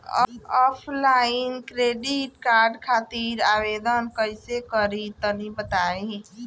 Offline credit card खातिर आवेदन कइसे करि तनि बताई?